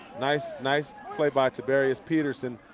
nice nice play by tavarius peterson.